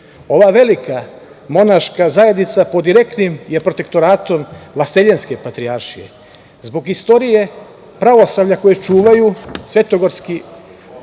Ova velika monaška zajednica pod direktnim je protektonatom Vaseljenske patrijaršije. Zbog istorije pravoslavlja koje čuvaju svetogorski